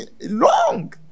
long